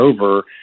over